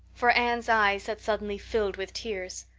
for anne's eyes had suddenly filled with tears.